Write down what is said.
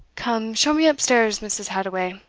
come, show me up stairs, mrs. hadoway,